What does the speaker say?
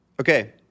Okay